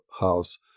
House